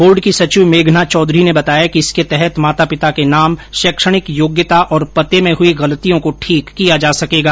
board की सचिव मेघना चौधरी ने बताया कि इसके तहत माता पिता के नाम शैक्षणिक योग्यता और पते में हुई गलतियों को ठीक किया जा सकेगा